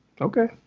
Okay